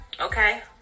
Okay